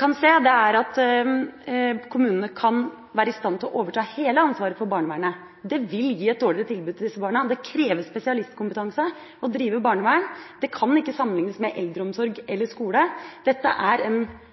kan se, er at kommunene er i stand til å overta hele ansvaret for barnevernet. Det vil gi et dårligere tilbud til disse barna. Det krever spesialistkompetanse å drive barnevern. Det kan ikke sammenlignes med eldreomsorg eller skole. Dette er en